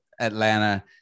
Atlanta